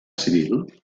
civil